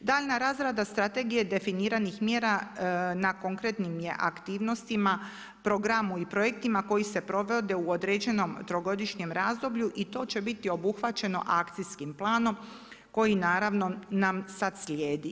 Daljnja razrada strategije definiranih mjera na konkretnim je aktivnostima, programu i projektima koji se provode u određenom trogodišnjem razvoju i to će biti obuhvaćeno akcijskom planom, koji naravno nam sad slijedi.